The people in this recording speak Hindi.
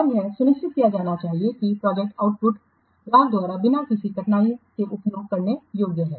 और यह सुनिश्चित किया जाना चाहिए कि प्रोजेक्टआउटपुट ग्राहक द्वारा बिना किसी कठिनाई के उपयोग करने योग्य हैं